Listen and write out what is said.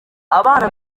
abana